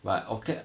but okay